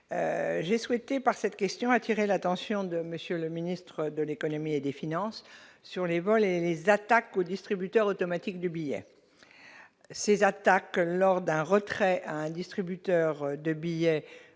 j'ai souhaité par cette question, attiré l'attention de monsieur le ministre de l'Économie et des Finances sur les vols et les attaques aux distributeurs automatiques de billets, ces attaques lors d'un retrait à un distributeur de billets